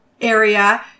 area